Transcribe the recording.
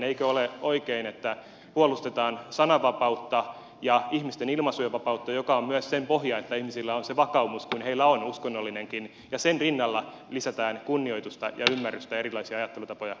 eikö ole oikein että puolustetaan sananvapautta ja ihmisten ilmaisunvapautta joka on myös sen pohja että ihmisillä on se vakaumus kuin heillä on uskonnollinenkin ja sen rinnalla lisätään kunnioitusta ja ymmärrystä erilaisia ajattelutapoja kohtaan